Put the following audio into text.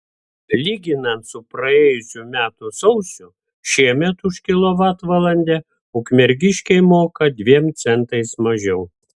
lyginant su praėjusių metų sausiu šiemet už kilovatvalandę ukmergiškiai moka dviem centais mažiau